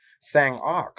Sang-ok